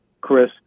Chris